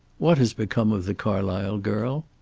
what has become of the carlysle girl?